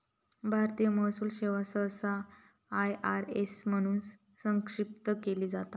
भारतीय महसूल सेवा सहसा आय.आर.एस म्हणून संक्षिप्त केली जाता